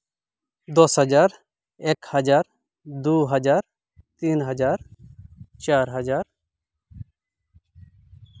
ᱫᱚᱥ ᱦᱟᱡᱟᱨ ᱮᱠ ᱦᱟᱡᱟᱨ ᱫᱩ ᱦᱟᱡᱟᱨ ᱛᱤᱱ ᱦᱟᱡᱟᱨ ᱪᱟᱨ ᱦᱟᱡᱟᱨ